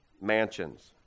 mansions